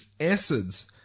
acids